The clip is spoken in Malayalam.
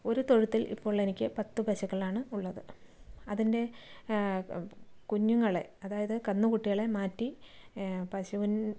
ഒരു തൊഴുത്തിൽ ഇപ്പോൾ എനിക്ക് പത്ത് പശുക്കളാണ് ഉള്ളത് അതിൻ്റെ കുഞ്ഞുങ്ങളെ അതായത് കന്ന് കുട്ടികളെ മാറ്റി പശുവിൻ